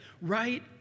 right